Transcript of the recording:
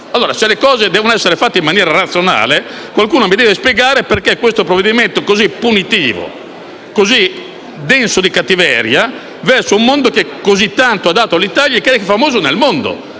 Se le cose devono essere fatte in maniera razionale, qualcuno mi deve spiegare perché questo provvedimento è così punitivo e così denso di cattiveria verso un settore che così tanto ha dato all'Italia e che è così famoso nel mondo.